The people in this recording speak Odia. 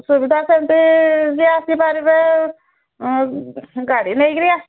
ସୁବିଧା ସେମିତି ଯେ ଆସିପାରିବେ ଗାଡ଼ି ନେଇକିରି ଆସ